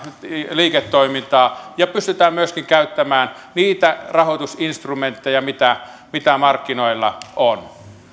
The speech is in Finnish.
liiketoimintaa ja pystytään myöskin käyttämään niitä rahoitusinstrumentteja mitä markkinoilla on